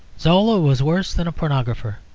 zola was worse than a pornographer,